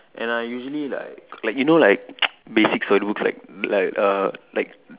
and I usually like like you know like basic story books like like err like